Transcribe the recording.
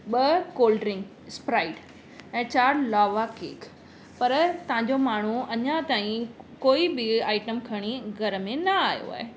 ॿ cold drink Sprite ऐं चारि लावा केक पर तव्हांजो माण्हू अञा ताईं कोई बि आइटम खणी घर में न आयो आहे